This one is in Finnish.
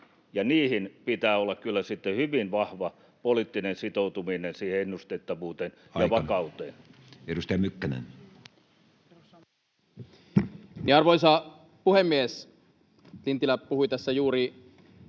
kyllä sitten hyvin vahva poliittinen sitoutuminen siihen ennustettavuuteen [Puhemies: